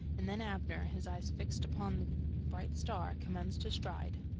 and then abner, his eyes fixed upon the bright star, commenced to stride.